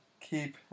Keep